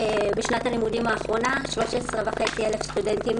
בשנת הלימודים האחרונה 13,500 סטודנטים